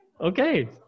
Okay